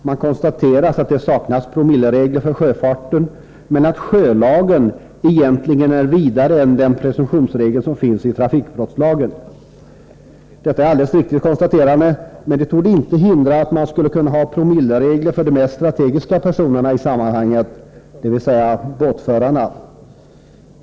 Man konstaterar att det saknas promilleregler för sjöfarten, men att sjölagen egentligen är vidare än den presumtionsregel som finns i trafikbrottslagen. Detta är ett alldeles riktigt konstaterande, men det torde inte hindra att man skulle kunna ha promilleregler för de mest strategiska personerna i samman hanget, dvs. båtförarna.